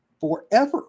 forever